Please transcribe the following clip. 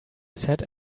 sat